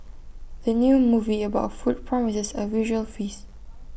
the new movie about food promises A visual feast